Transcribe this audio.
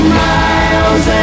miles